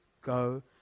go